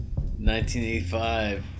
1985